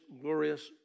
glorious